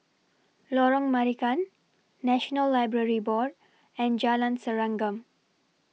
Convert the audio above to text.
Lorong Marican National Library Board and Jalan Serengam